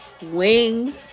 Wings